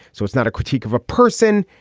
so it's not a critique of a person.